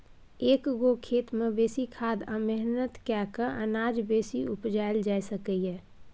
एक्क गो खेत मे बेसी खाद आ मेहनत कए कय अनाज बेसी उपजाएल जा सकैए